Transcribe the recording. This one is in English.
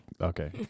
okay